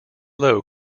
low